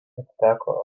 atiteko